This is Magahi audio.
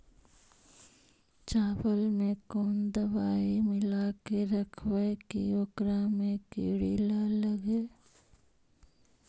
चावल में कोन दबाइ मिला के रखबै कि ओकरा में किड़ी ल लगे?